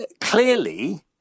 Clearly